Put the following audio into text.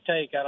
take